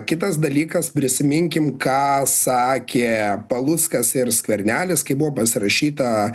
kitas dalykas prisiminkim ką sakė paluckas ir skvernelis kai buvo pasirašyta